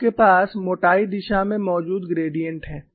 आपके पास मोटाई दिशा में मौजूद ग्रेडिएंट हैं